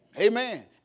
Amen